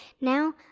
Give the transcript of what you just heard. Now